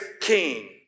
king